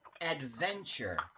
Adventure